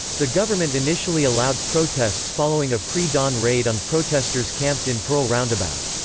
the government initially allowed protests following a pre-dawn raid on protesters camped in pearl roundabout.